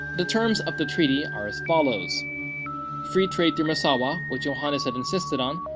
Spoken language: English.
the terms of the treaty are as follows free trade through massawa, which yohannes had insisted on.